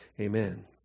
Amen